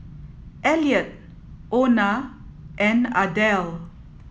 Elliott Ona and Ardelle